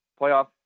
playoff